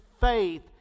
faith